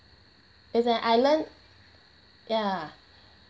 it's an island ya